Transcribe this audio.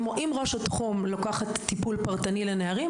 אם ראש התחום לוקחת טיפול פרטני לנערים,